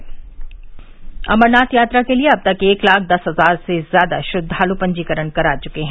अमरनाथ यात्रा अमरनाथ यात्रा के लिए अब तक एक लाख दस हजार से ज्यादा श्रद्धालु पंजीकरण करा चुके हैं